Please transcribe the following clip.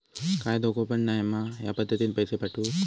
काय धोको पन नाय मा ह्या पद्धतीनं पैसे पाठउक?